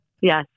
Yes